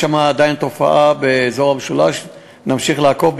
יש שם עדיין תופעה, באזור המשולש, ונמשיך לעקוב.